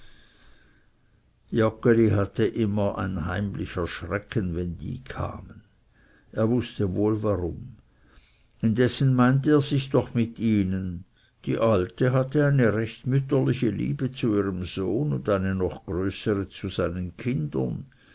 hatte immer ein heimlicher schrecken wenn die kamen er wußte wohl warum indessen meinte er sich doch mit ihnen die alte hatte eine recht mütterliche liebe zu ihrem sohne und eine noch größere zu seinen kindern